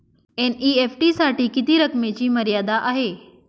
NEFT साठी किती रकमेची मर्यादा आहे?